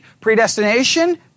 Predestination